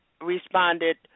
responded